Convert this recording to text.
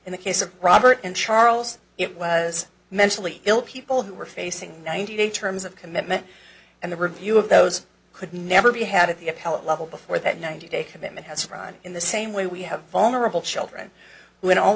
in the case of robert and charles it was mentally ill people who were facing ninety day terms of commitment and the review of those could never be had at the appellate level before that ninety day commitment has run in the same way we have vulnerable children who in all